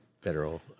federal